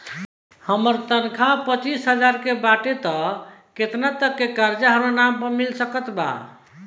हमार तनख़ाह पच्चिस हज़ार बाटे त केतना तक के कर्जा हमरा नाम पर मिल सकत बा?